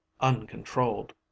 uncontrolled